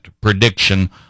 prediction